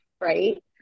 right